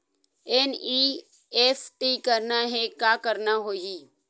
NEFT करना हे का करना होही?